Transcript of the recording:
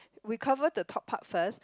we cover the top part first